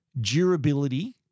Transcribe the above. durability